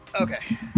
Okay